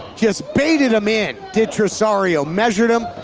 just baited him in, did tresario. measured him,